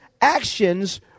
actions